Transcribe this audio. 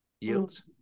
yields